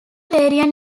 variant